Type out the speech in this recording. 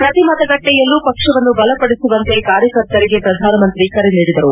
ಪ್ರತಿ ಮತಗಟ್ಟೆಯಲ್ಲೂ ಪಕ್ಷವನ್ನು ಬಲಪಡಿಸುವಂತೆ ಕಾರ್ಯಕರ್ತರಿಗೆ ಪ್ರಧಾನಮಂತ್ರಿ ಕರೆ ನೀಡಿದರು